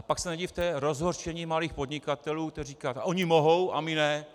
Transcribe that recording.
Pak se nedivte rozhořčení malých podnikatelů, kteří říkají: Oni mohou a my ne.